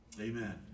Amen